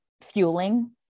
fueling